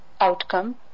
outcome